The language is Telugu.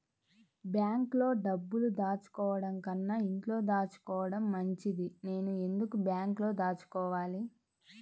బ్యాంక్లో డబ్బులు దాచుకోవటంకన్నా ఇంట్లో దాచుకోవటం మంచిది నేను ఎందుకు బ్యాంక్లో దాచుకోవాలి?